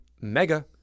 Mega